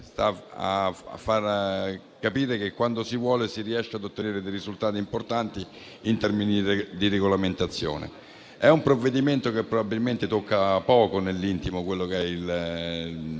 Questo fa capire che, quando si vuole, si riescono ad ottenere risultati importanti in termini di regolamentazione. È un provvedimento che probabilmente tocca poco nell'intimo gli italiani